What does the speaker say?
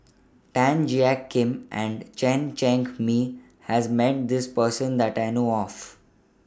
Tan Jiak Kim and Chen Cheng Mei has Met This Person that I know of